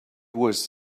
was